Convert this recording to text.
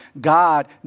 God